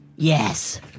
Yes